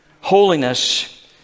Holiness